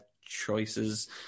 choices